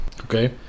Okay